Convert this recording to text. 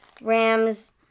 Rams